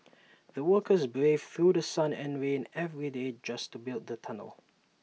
the workers braved through The Sun and rain every day just to build the tunnel